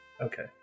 Okay